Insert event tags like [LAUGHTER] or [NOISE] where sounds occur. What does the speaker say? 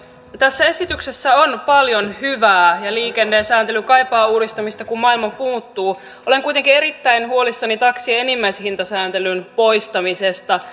tässä esityksessä on paljon hyvää ja liikennesääntely kaipaa uudistamista kun maailma muuttuu olen kuitenkin erittäin huolissani taksien enimmäishintasääntelyn poistamisesta [UNINTELLIGIBLE]